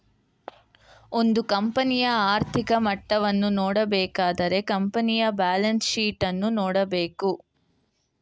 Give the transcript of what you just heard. ಒಂದು ಕಂಪನಿಯ ಆರ್ಥಿಕ ಮಟ್ಟವನ್ನು ನೋಡಬೇಕಾದರೆ ಕಂಪನಿಯ ಬ್ಯಾಲೆನ್ಸ್ ಶೀಟ್ ಅನ್ನು ನೋಡಬೇಕು